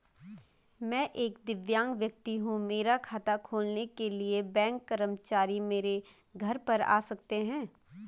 मैं एक दिव्यांग व्यक्ति हूँ मेरा खाता खोलने के लिए बैंक कर्मचारी मेरे घर पर आ सकते हैं?